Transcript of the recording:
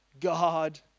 God